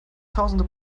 tausende